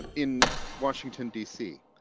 um in washington dc.